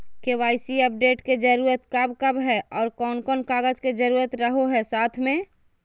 KYC update के जरूरत कब कब है और कौन कौन कागज के जरूरत रहो है साथ में?